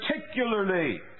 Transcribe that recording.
particularly